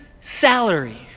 salary